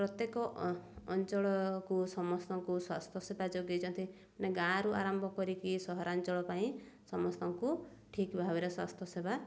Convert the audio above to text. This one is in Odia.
ପ୍ରତ୍ୟେକ ଅଞ୍ଚଳକୁ ସମସ୍ତଙ୍କୁ ସ୍ୱାସ୍ଥ୍ୟ ସେବା ଯୋଗେଇଛନ୍ତି ମାନେ ଗାଁରୁ ଆରମ୍ଭ କରିକି ସହରାଞ୍ଚଳ ପାଇଁ ସମସ୍ତଙ୍କୁ ଠିକ୍ ଭାବରେ ସ୍ୱାସ୍ଥ୍ୟସେବା